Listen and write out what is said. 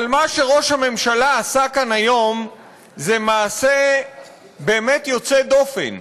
אבל מה שראש הממשלה עשה כאן היום זה מעשה באמת יוצא דופן,